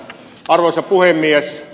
arvoisa puhemies